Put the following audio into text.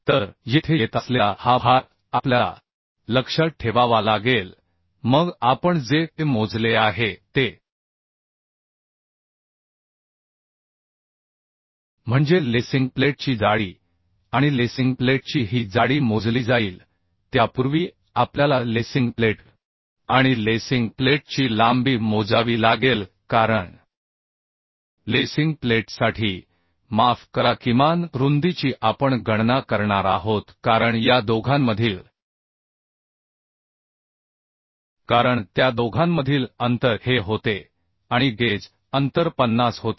तर येथे येत असलेला हा भार आपल्याला लक्षात ठेवावा लागेल मग आपण जे मोजले आहे ते म्हणजे लेसिंग प्लेटची जाडी आणि लेसिंग प्लेटची ही जाडी मोजली जाईल त्यापूर्वी आपल्याला लेसिंग प्लेट आणि लेसिंग प्लेटची लांबी मोजावी लागेल कारण लेसिंग प्लेटसाठी माफ करा किमान रुंदीची आपण गणना करणार आहोत कारण या दोघांमधील कारण त्या दोघांमधील अंतर हे होते आणि गेज अंतर 50 होते